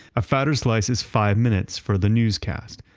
a fatter slices five minutes for the newscast.